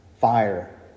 fire